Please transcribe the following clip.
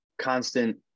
constant